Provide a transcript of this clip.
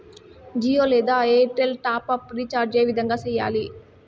జియో లేదా Airtel top up recharge ఏ విధంగా సేయాలి